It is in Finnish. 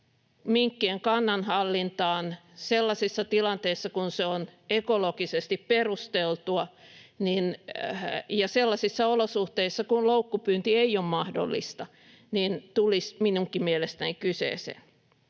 minkkien kannan hallintaan sellaisissa tilanteissa, joissa se on ekologisesti perusteltua, ja sellaisissa olosuhteissa, joissa loukkupyynti ei ole mahdollista, tulisi minunkin mielestäni kyseeseen.